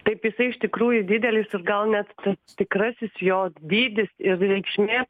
taip jisai iš tikrųjų didelisir gal net tikrasis jo dydis ir reikšmė